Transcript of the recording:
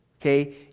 okay